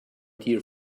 dear